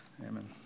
amen